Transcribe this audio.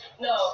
No